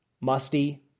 Musty